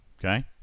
okay